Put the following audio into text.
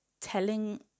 telling